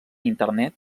internet